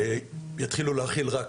ויתחילו להחיל רק,